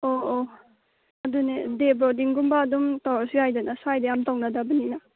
ꯑꯣ ꯑꯣ ꯑꯗꯨꯅꯦ ꯗꯦ ꯕꯣꯔꯗꯤꯡꯒꯨꯝꯕ ꯑꯗꯨꯝ ꯇꯧꯔꯁꯨ ꯌꯥꯏꯗꯅ ꯁ꯭ꯋꯥꯏꯗ ꯌꯥꯝ ꯇꯧꯅꯗꯕꯅꯤꯅ